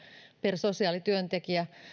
per sosiaalityöntekijä